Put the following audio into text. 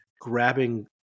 Grabbing